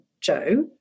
Joe